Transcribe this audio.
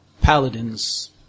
Paladins